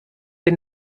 den